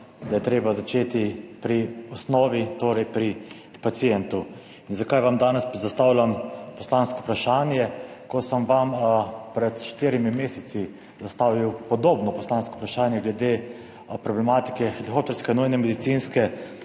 da je treba začeti pri osnovi, torej pri pacientu. Zakaj vam danes zastavljam poslansko vprašanje? Ko sem vam pred štirimi meseci zastavil podobno poslansko vprašanje glede problematike helikopterske nujne medicinske